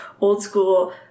old-school